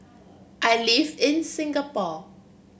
I live in Singapore